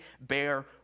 bear